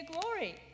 glory